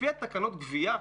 לפי תקנות הגבייה,